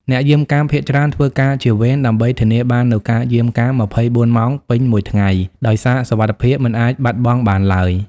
អ្នកយាមកាមភាគច្រើនធ្វើការជា វេន ដើម្បីធានាបាននូវការយាមកាម ២៤ ម៉ោងពេញមួយថ្ងៃ ដោយសារសុវត្ថិភាពមិនអាចបាត់បង់បានឡើយ។